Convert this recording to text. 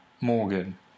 Morgan